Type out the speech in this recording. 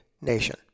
nation